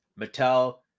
Mattel